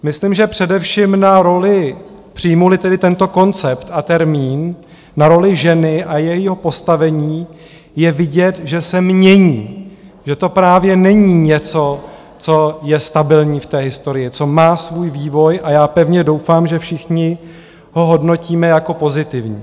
Myslím, že především na roli, přijmuli tedy tento koncept a termín, na roli ženy a jejího postavení je vidět, že se mění, že to právě není něco, co je stabilní v historii, co má svůj vývoj, a já pevně doufám, že všichni ho hodnotíme jako pozitivní.